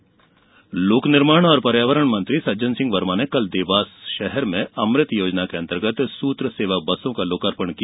लोकार्पण लोक निर्माण एवं पर्यावरण मंत्री सज्जन सिंह वर्मा ने कल देवास शहर में अमृत योजना के अंतर्गत सूत्र सेवा बसों का लोकार्पण किया